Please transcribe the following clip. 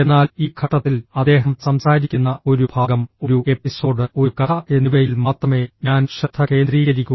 എന്നാൽ ഈ ഘട്ടത്തിൽ അദ്ദേഹം സംസാരിക്കുന്ന ഒരു ഭാഗം ഒരു എപ്പിസോഡ് ഒരു കഥ എന്നിവയിൽ മാത്രമേ ഞാൻ ശ്രദ്ധ കേന്ദ്രീകരിക്കൂ